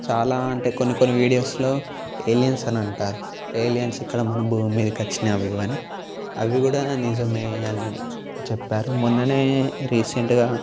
చాలా అంటే కొన్ని కొన్ని వీడియోస్లో ఏలియన్స్ అని అంటారు ఏలియన్స్ ఇక్కడ మన భూమి మీదకి వచ్చినవి ఇవి అని అవి కూడా నిజమే అని చెప్పారు మొన్ననే రీసెంట్గా